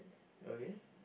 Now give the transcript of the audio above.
okay